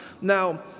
Now